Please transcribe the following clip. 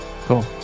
Cool